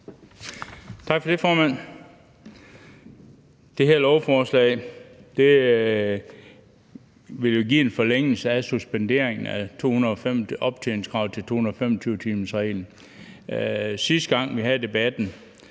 Tak for det, formand. Det her lovforslag vil give en forlængelse af suspenderingen af optjeningskravet til 225-timersreglen. Sidste gang vi havde debatten,